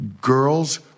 girls